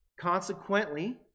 Consequently